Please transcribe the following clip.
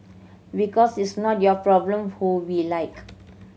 because it's not your problem who we like